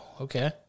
Okay